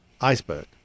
iceberg